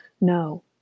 No